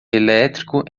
elétrico